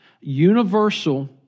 universal